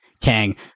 Kang